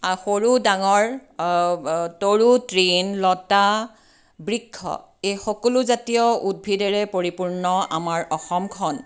সৰু ডাঙৰ তৰু তৃণ লতা বৃক্ষ এই সকলোজাতীয় উদ্ভিদেৰে পৰিপূৰ্ণ আমাৰ অসমখন